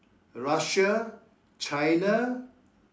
Russia China